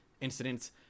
incidents